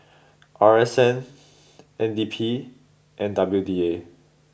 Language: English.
R S N N D P and W D A